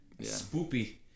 spoopy